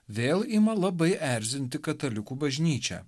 vėl ima labai erzinti katalikų bažnyčia